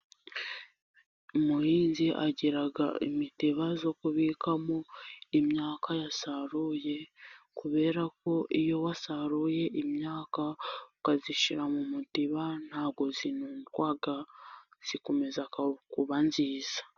Umuhinzi agira imitiba zo kubikwamo imyaka yasaruye, kubera ko iyo wasaruye imyaka ukazishira mu mutiba ntabwo zirudwa zikomeza kuba nziza.